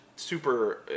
super